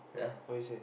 yeah